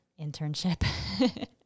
internship